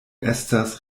estas